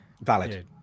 valid